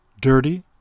dirty